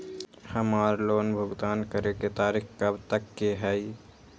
हमार लोन भुगतान करे के तारीख कब तक के हई?